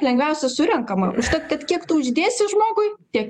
lengviausia surenkama užtat kad kiek tu uždėsi žmogui tiek